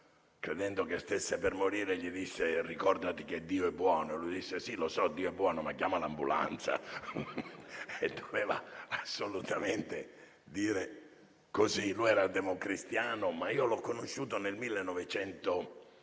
credendo che stesse per morire, gli disse «ricordati che Dio è buono» e lui rispose «sì, lo so, Dio è buono, ma chiama l'ambulanza». Doveva assolutamente dire così. Era democristiano. Io l'ho conosciuto nel 1993